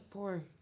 Poor